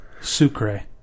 Sucre